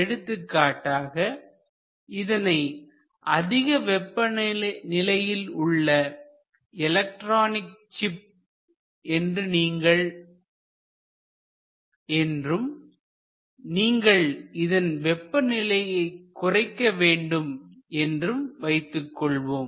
எடுத்துக்காட்டாக இதனை அதிக வெப்பநிலையில் உள்ள எலக்ட்ரானிக் சிப் என்றும் நீங்கள் இதன் வெப்ப நிலையை குறைக்க வேண்டும் என்றும் வைத்துக் கொள்வோம்